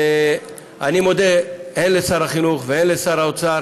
אני מודה הן לשר החינוך והן לשר האוצר